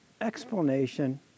explanation